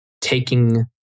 taking